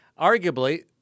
Arguably